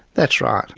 that's right.